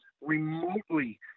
remotely